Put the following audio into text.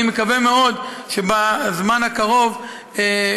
אני מקווה מאוד שבזמן הקרוב